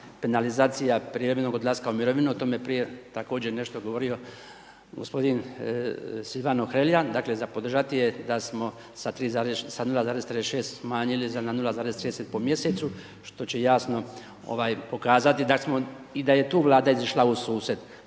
penalizacije prijevremenog odlaska u mirovinu, o tome je prije također nešto govorio g. Silvano Hrelja, dakle, za podržati je da smo sa 0,6 smanjili za 0,30 po mjesecu, što će jasno pokazati da je i tu vlada izišla u susret.